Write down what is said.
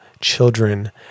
children